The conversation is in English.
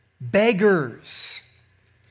beggars